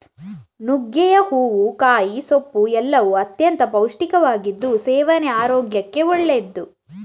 ನುಗ್ಗೆಯ ಹೂವು, ಕಾಯಿ, ಸೊಪ್ಪು ಎಲ್ಲವೂ ಅತ್ಯಂತ ಪೌಷ್ಟಿಕವಾಗಿದ್ದು ಸೇವನೆ ಆರೋಗ್ಯಕ್ಕೆ ಒಳ್ಳೆದ್ದು